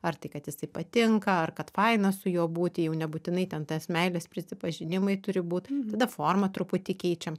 ar tai kad jisai patinka ar kad faina su juo būti jau nebūtinai ten tas meilės prisipažinimai turi būt tada formą truputį keičiam